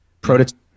Prototype